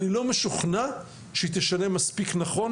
אני לא משוכנע שהיא תשנה מספיק נכון,